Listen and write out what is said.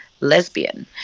lesbian